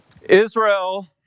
Israel